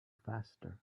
faster